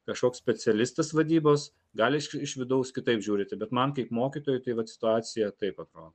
kažkoks specialistas vadybos gali iš iš vidaus kitaip žiūrite bet man kaip mokytojui tai vat situacija taip atrodo